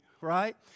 right